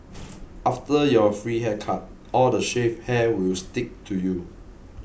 after your free haircut all the shaved hair will stick to you